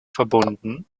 verbunden